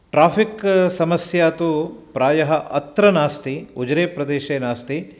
traffic समस्या तु प्रायः अत्र नास्ति उजिरे प्रदेशे नास्ति